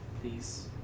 please